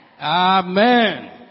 Amen